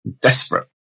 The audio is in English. Desperate